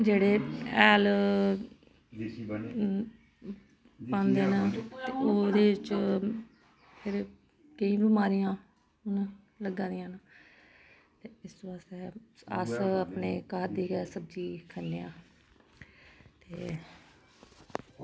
जेह्ड़े हैल पांदे न ओह्दे च फिर केई बमारियां हून लग्गा दियां न इस बास्तै अस अपने घर दी गै सब्जी खन्ने आं ते